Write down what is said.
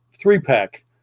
three-pack